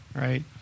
right